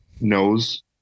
knows